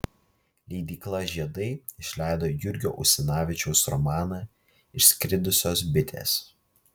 leidykla žiedai išleido jurgio usinavičiaus romaną išskridusios bitės